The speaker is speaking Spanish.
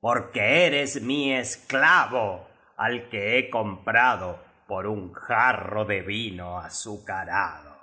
porque eres mi es clavo al que he comprado por un jarro de vino azucarado